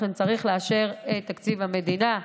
לכן צריך לאשר את תקציב המדינה,